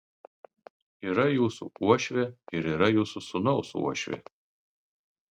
yra jūsų uošvė ir yra jūsų sūnaus uošvė